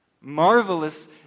Marvelous